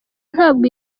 ntabwo